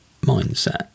mindset